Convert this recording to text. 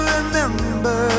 Remember